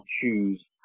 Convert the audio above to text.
choose